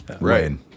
Right